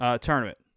tournament